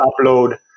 upload